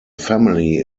family